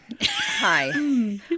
hi